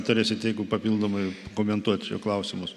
turėsit jeigu papildomai komentuot jų klausimus